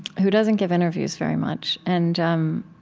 who doesn't give interviews very much. and um